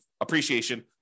appreciation